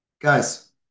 Guys